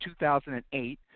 2008